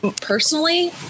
Personally